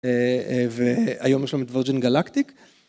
אה... ו... והיום יש שם את וורג'ין גלקטיק.